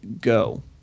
go